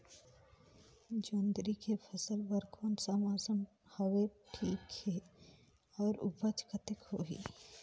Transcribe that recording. जोंदरी के फसल बर कोन सा मौसम हवे ठीक हे अउर ऊपज कतेक होही?